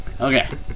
okay